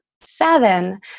seven